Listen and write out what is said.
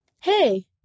Hey